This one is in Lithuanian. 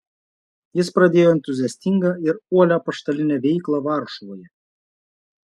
jis pradėjo entuziastingą ir uolią apaštalinę veiklą varšuvoje